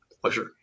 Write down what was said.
Pleasure